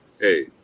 Hey